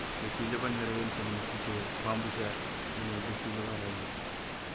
Basilé baan irégmé nicaméné fucoho baan bu chér bo boomé balilé bara éliw.